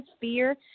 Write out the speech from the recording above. fear